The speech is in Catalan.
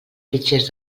fitxers